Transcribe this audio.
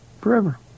forever